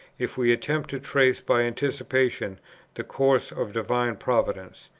if we attempt to trace by anticipation the course of divine providence?